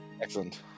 Excellent